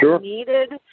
needed